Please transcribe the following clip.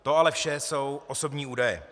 To ale vše jsou osobní údaje.